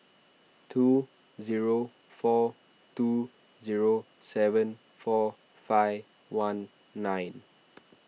two zero four two zero seven four five one nine